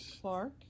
Clark